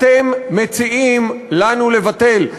אתם מציעים לנו לבטל,